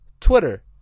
Twitter